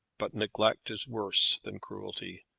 but neglect is worse than cruelty,